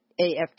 AFP